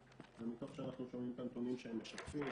ומתוך שאנחנו שומעים את הנתונים שהם משקפים